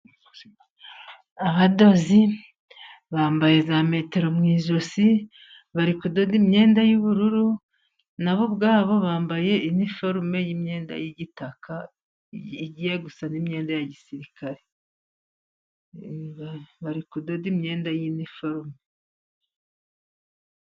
Abadozi bambaye za metero mu ijosi bari kudoda imyenda y'ubururu, nabo ubwabo bambaye iniforume y'imyenda y'igitaka igiye gusa n'imyenda ya gisirikare bari kudoda imyenda y'iniforome.